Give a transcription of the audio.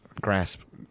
grasp